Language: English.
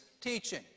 teaching